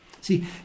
See